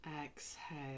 Exhale